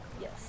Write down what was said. Yes